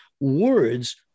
words